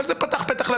אבל זה פתח פתח.